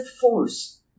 force